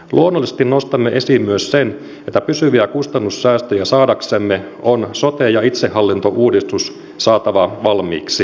luonnollisesti nostamme esiin myös sen että pysyviä kustannussäästöjä saadaksemme on sote ja itsehallintouudistus saatava valmiiksi